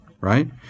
right